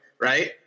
right